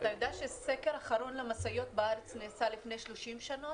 אתה יודע שסקר אחרון על משאיות בארץ נעשה לפני 30 שנה